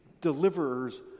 deliverers